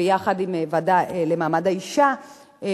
ביחד עם הוועדה לקידום מעמד האשה,